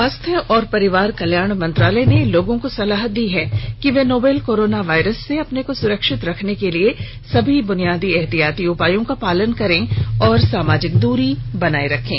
स्वास्थ्य और परिवार कल्याण मंत्रालय ने लोगों को सलाह दी है कि वे नोवल कोरोना वायरस से अपने को सुरक्षित रखने के लिए सभी बुनियादी एहतियाती उपायों का पालन करें और सामाजिक दूरी बनाए रखें